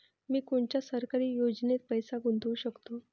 मी कोनच्या सरकारी योजनेत पैसा गुतवू शकतो?